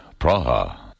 Praha